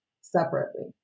separately